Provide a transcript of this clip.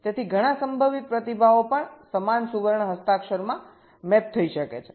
તેથી ઘણા સંભવિત પ્રતિભાવો પણ સમાન સુવર્ણ સિગ્નેચરમાં મેપ થઈ શકે છે